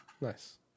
nice